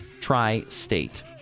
Tri-State